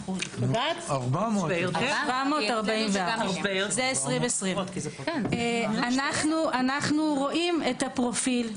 444. אנחנו רואים את הפרופיל,